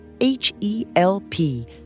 H-E-L-P